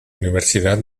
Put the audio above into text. universidad